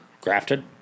Grafted